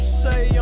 say